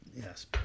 Yes